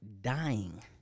dying